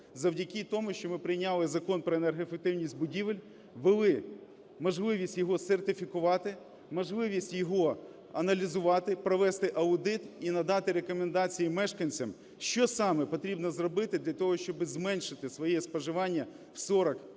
Завдяки тому, що ми прийняли Закон "Про енергоефективність будівель" ввели можливість його сертифікувати, можливість його аналізувати, провести аудит і надати рекомендації мешканцям що саме потрібно зробити для того, щоби зменшити своє споживання на 40,